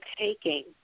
taking